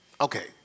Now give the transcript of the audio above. Okay